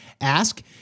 ask